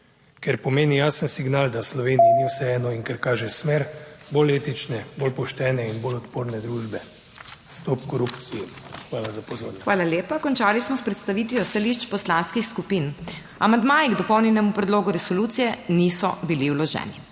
Ker pomeni jasen signal, da Sloveniji ni vseeno in ker kaže smer bolj etične, bolj poštene in bolj odporne družbe. Stop korupciji. Hvala za pozornost. **PODPREDSEDNICA MAG. MEIRA HOT:** Hvala lepa. Končali smo s predstavitvijo stališč poslanskih skupin. Amandmaji k dopolnjenemu predlogu resolucije niso bili vloženi.